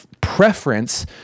preference